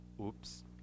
oops